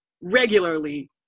regularly